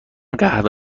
قهوه